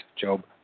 Job